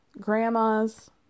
grandmas